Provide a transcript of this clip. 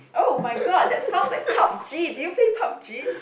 oh-my-god that sounds like Pup-g do you play Pup-g